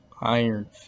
Iron